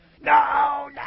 No